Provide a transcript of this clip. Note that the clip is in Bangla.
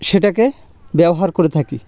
সেটাকে ব্যবহার করে থাকি